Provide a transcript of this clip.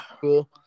cool